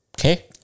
Okay